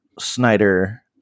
Snyder